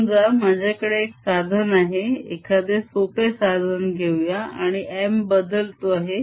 समजा माझ्याकडे एक साधन आहे एखादे सोपे साधन घेऊया आणि M बदलतो आहे